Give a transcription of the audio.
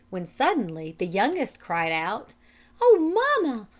when suddenly the youngest cried out oh, mamma!